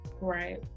right